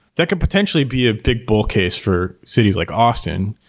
that could potentially be a big bull case for cities like austin,